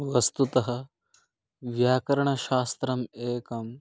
वस्तुतः व्याकरणशास्त्रम् एकम्